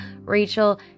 Rachel